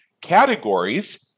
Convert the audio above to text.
Categories